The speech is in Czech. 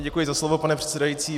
Děkuji za slovo, pane předsedající.